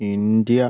India